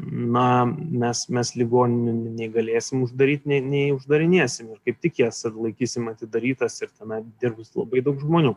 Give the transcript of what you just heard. na mes mes ligoninių nei galėsim uždaryt nei nei uždarinėsim kaip tik jas laikysim atidarytas ir tenai dirbs labai daug žmonių